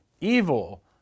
evil